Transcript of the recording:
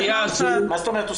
מה זאת אומרת?